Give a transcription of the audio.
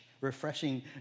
refreshing